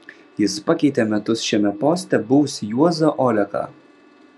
jis pakeitė metus šiame poste buvusį juozą oleką